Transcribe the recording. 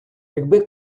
якби